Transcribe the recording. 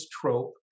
trope